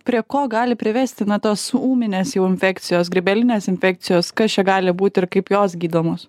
prie ko gali privesti na tos ūminės jau infekcijos grybelinės infekcijos kas čia gali būti ir kaip jos gydomos